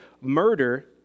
murder